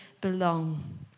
belong